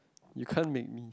you can't make me